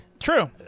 True